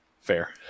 Fair